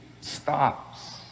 stops